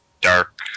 dark